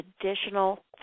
additional